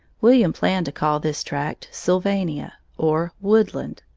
william planned to call this tract sylvania, or woodland,